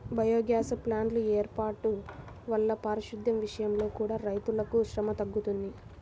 biogas ప్లాంట్ల వేర్పాటు వల్ల పారిశుద్దెం విషయంలో కూడా రైతులకు శ్రమ తగ్గుతుంది